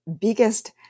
biggest